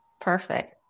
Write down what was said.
Perfect